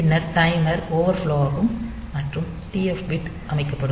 பின்னர் timer overflow ஆகும் மற்றும் TF பிட் அமைக்கப்படும்